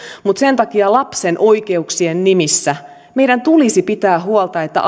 mutta sen takia lapsen oikeuksien nimissä meidän tulisi pitää huolta että